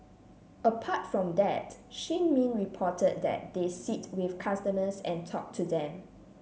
apart from that Shin Min reported that they sit with customers and talk to them